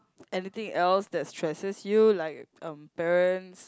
anything else that stresses you like um parents